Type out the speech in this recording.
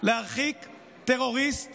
טרוריסט